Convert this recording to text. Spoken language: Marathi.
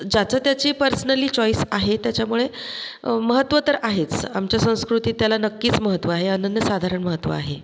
ज्याचं त्याची पार्सनली चॉईस आहे त्याच्यामुळे महत्त्व तर आहेच आमच्या संस्कृतीत त्याला नक्कीच महत्त्व आहे अनन्यसाधारण महत्त्व आहे